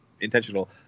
intentional